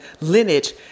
lineage